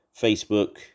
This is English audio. Facebook